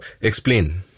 Explain